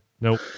Nope